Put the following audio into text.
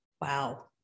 Wow